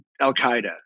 Al-Qaeda